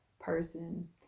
person